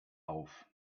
auf